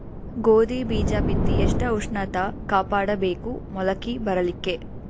ಗೋಧಿ ಬೀಜ ಬಿತ್ತಿ ಎಷ್ಟ ಉಷ್ಣತ ಕಾಪಾಡ ಬೇಕು ಮೊಲಕಿ ಬರಲಿಕ್ಕೆ?